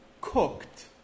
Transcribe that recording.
cooked